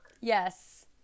Yes